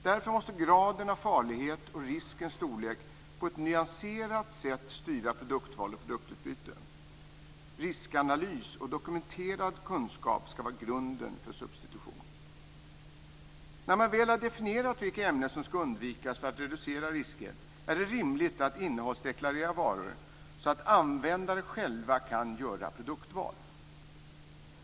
Därför måste graden av farlighet och riskens storlek på ett nyanserat sätt styra produktval och produktutbyte. Riskanalys och dokumenterad kunskap ska vara grunden för substitution. När man väl har definierat vilka ämnen som ska undvikas för att reducera risker, är det rimligt att innehållsdeklarera varor så att användare själva kan göra produktval.